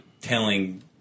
telling